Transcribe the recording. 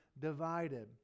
divided